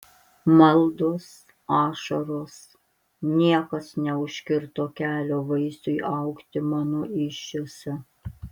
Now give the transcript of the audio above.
maldos ašaros niekas neužkirto kelio vaisiui augti mano įsčiose